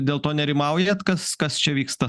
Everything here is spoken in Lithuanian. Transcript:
dėl to nerimaujat kas kas čia vyksta